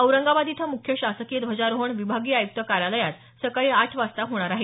औरंगाबाद इथं मुख्य शासकीय ध्वजारोहण विभागीय आयुक्त कार्यालयात सकाळी आठ वाजता होणार आहे